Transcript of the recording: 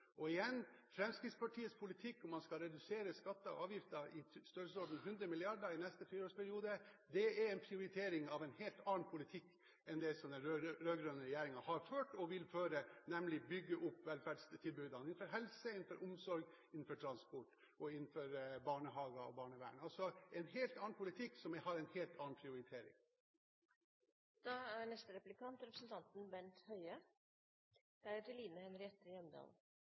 før. Igjen: Fremskrittspartiets politikk hvor man skal redusere skatter og avgifter i størrelsesorden 100 mrd. kr i neste fireårsperiode, er en prioritering av en helt annen politikk enn det den rød-grønne regjeringen har ført og vil føre, nemlig å bygge opp velferdstilbudene innenfor helse, omsorg, transport, barnehager og barnevern – en helt annen politikk som har en helt annen prioritering. Jeg har et spørsmål knyttet til resultatene av at SV nå har vært i regjering i snart åtte år. Jeg er